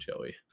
Joey